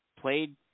played